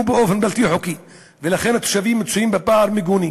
באופן בלתי-חוקי ולכן התושבים נמצאים בפער מיגוני.